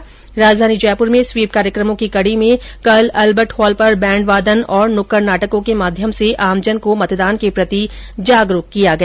इधर राजधानी जयपुर में स्वीप कार्यक्रमों की कड़ी में कल अल्बर्ट हॉल पर बैंड वादन और नुक्कड़ नाटकों के माध्यम से आमजन को मतदान के प्रति जागरूक किया गया